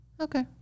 Okay